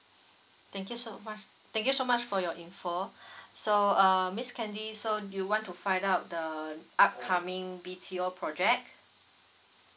thank you so much thank you so much for your info so uh miss candy so you want to find out the upcoming B_T_O project